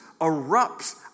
erupts